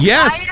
Yes